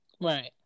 Right